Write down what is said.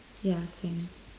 yeah same